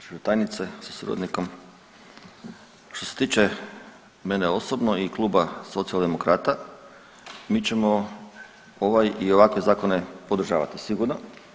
Gospođo tajnice sa suradnikom, što se tiče mene osobno i Kluba Socijaldemokrata mi ćemo ovaj i ovakve zakone podržavati sigurno.